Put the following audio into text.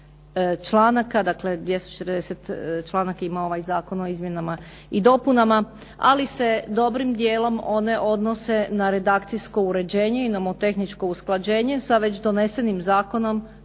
članaka, dakle 240 članaka ima ovaj zakon o izmjenama i dopunama. Ali se dobrim dijelom one odnose na redakcijsko uređenje i nomotehničko usklađenje, sa većim donesenim zakonom,